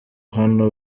hano